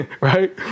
right